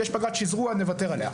יש פגרת שזרוע, נוותר עליה.